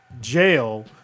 jail